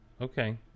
Okay